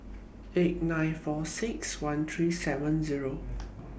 eight nine four six one three seven Zero